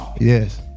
Yes